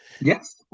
yes